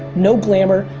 no glamour,